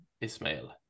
Ismail